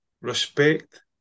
respect